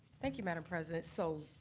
thank you madam president. so,